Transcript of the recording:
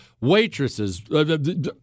waitresses